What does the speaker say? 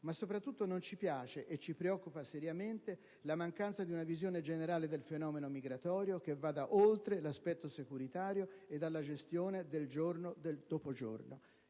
Ma soprattutto, non ci piace, e ci preoccupa seriamente, la mancanza di una visione generale del fenomeno migratorio che vada oltre l'aspetto securitario e la gestione del giorno dopo giorno.